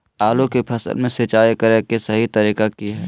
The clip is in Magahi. आलू की फसल में सिंचाई करें कि सही तरीका की हय?